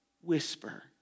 whisper